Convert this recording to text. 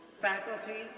faculty,